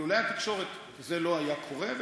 אילולא התקשורת זה לא היה קורה,